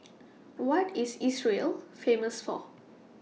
What IS Israel Famous For